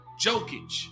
Jokic